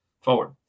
forward